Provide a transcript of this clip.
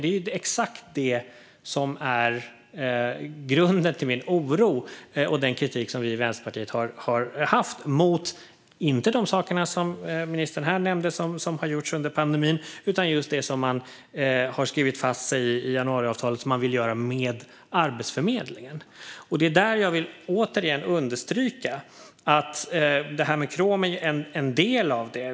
Det är exakt det som är grunden till min oro och den kritik som vi i Vänsterpartiet har haft, inte mot de saker som ministern här nämnde och som har gjorts under pandemin utan mot det som man har skrivit fast sig i i januariavtalet och som man vill göra med Arbetsförmedlingen. Det är där som jag återigen vill understryka att KROM är en del av detta.